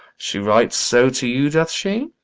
she writes so to you, doth she?